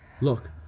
Look